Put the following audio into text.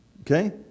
Okay